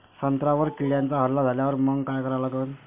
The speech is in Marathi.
संत्र्यावर किड्यांचा हल्ला झाल्यावर मंग काय करा लागन?